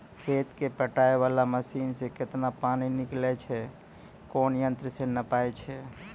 खेत कऽ पटाय वाला मसीन से केतना पानी निकलैय छै कोन यंत्र से नपाय छै